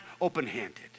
open-handed